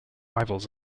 rivals